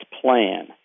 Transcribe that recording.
plan